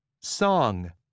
song